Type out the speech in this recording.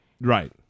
Right